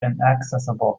inaccessible